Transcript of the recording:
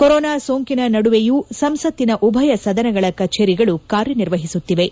corona ಸೋಂಕಿನ ನಡುವೆಯೂ ಸಂಸತ್ತಿನ ಉಭಯ ಸದನಗಳ ಕಚೇರಿಗಳು ಕಾರ್ಯ ನಿರ್ವಹಿಸುತ್ತಿವೆ